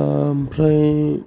ओमफ्राय